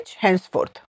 henceforth